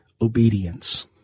Obedience